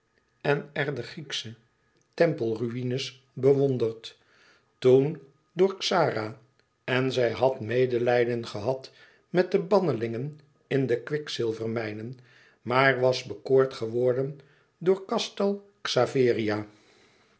en er de grieksche tempelruïnes bewonderd toen door xara en zij had medelijden gehad met de bannelingen in de kwikzilvermijnen maar was bekoord geworden door castel